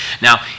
Now